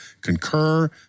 Concur